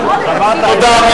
תודה.